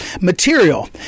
material